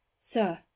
sir